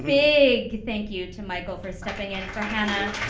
um a big thank you to michael for stepping in for janna.